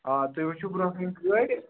آ تُہۍ وُچھِو برٛونٛٹھٕ کَنٮ۪تھ گٲڑۍ